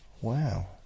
wow